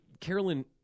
Carolyn